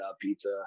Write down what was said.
Pizza